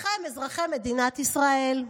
לכם, אזרחי מדינת ישראל.